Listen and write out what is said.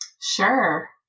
Sure